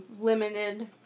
Limited